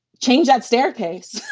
change that staircase.